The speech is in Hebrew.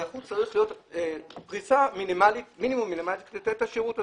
אז החוץ צריך להיות בפריסה מינימלית כדי לתת את השירות הזה.